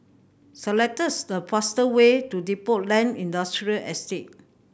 select the fast way to Depot Lane Industrial Estate